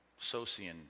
Socian